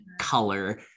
color